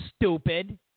stupid